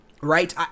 Right